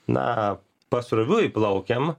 na pasroviui plaukiam